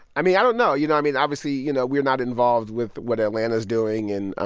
i mean, i don't know. you know, i mean obviously, you know, we're not involved with what atlanta's doing and, ah